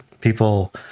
people